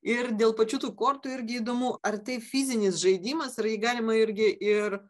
ir dėl pačių tų kortų irgi įdomu ar tai fizinis žaidimas ar jį galima irgi ir